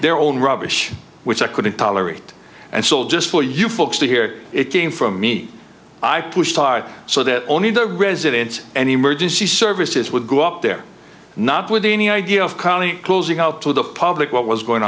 their old rubbish which i couldn't tolerate and sold just for you folks to hear it came from me i pushed hard so that only the residents and emergency services would go up there not with any idea of calmly closing out to the public what was going